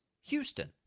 Houston